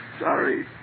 Sorry